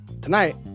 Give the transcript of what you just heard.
tonight